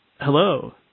Hello